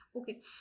Okay